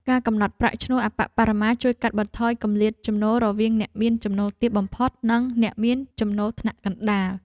ការកំណត់ប្រាក់ឈ្នួលអប្បបរមាជួយកាត់បន្ថយគម្លាតចំណូលរវាងអ្នកមានចំណូលទាបបំផុត និងអ្នកមានចំណូលថ្នាក់កណ្តាល។